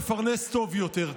מפרנס טוב יותר".